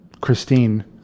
Christine